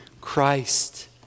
Christ